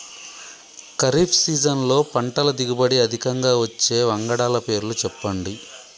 ఖరీఫ్ సీజన్లో పంటల దిగుబడి అధికంగా వచ్చే వంగడాల పేర్లు చెప్పండి?